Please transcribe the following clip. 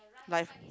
like